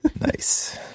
Nice